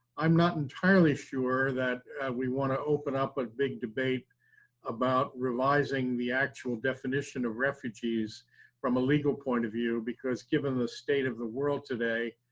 i'm not entirely sure that we wanna open up a big debate about revising the actual definition of refugees from a legal point of view because given the state of the world today,